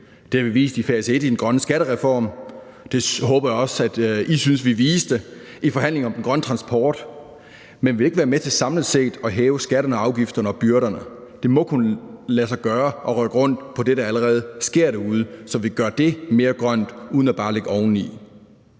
Det har vi vist i fase et af den grønne skattereform, og det håber jeg også at I synes vi viste i forhandlingerne om den grønne transport. Men vi vil ikke være med til samlet set at hæve skatterne, afgifterne og byrderne. Det må kunne lade sig gøre at rykke rundt på det, der allerede sker derude, så vi gør det mere grønt uden bare at lægge oveni.